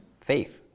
faith